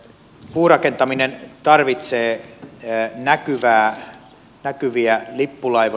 puurakentaminen tarvitsee näkyviä lippulaivoja